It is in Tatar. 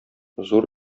зур